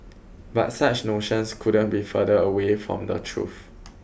but such notions couldn't be further away from the truth